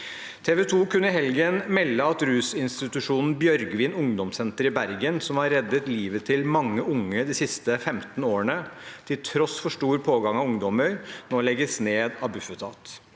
TV 2 kunne i helgen melde at rusinstitusjonen Bjørgvin ungdomssenter i Bergen, som har reddet livet til mange unge de siste 15 årene, til tross for stor pågang av ungdommer nå legges ned av Bufetat.